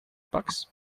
bucks